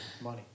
money